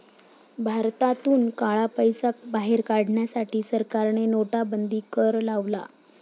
भारतातून काळा पैसा बाहेर काढण्यासाठी सरकारने नोटाबंदी कर लावला